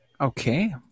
Okay